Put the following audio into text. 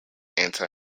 anti